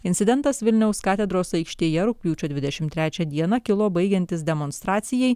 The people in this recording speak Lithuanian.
incidentas vilniaus katedros aikštėje rugpjūčio dvidešimt trečią dieną kilo baigiantis demonstracijai